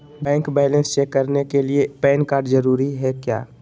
Bank balance check करने के लिए पैन कार्ड जरूरी है क्या?